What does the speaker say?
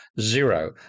Zero